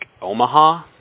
Omaha